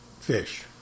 fish